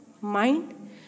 mind